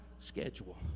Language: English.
Schedule